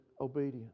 obedience